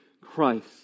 Christ